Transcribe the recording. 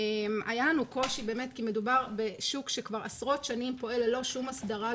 היה לנו קושי כי מדובר בשוק שכבר עשרות שנים פועל ללא שום הסדרה,